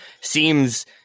seems